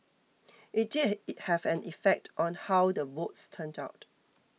it did have an effect on how the votes turned out